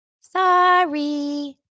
sorry